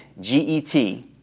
G-E-T